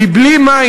כי בלי מים,